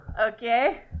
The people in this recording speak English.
Okay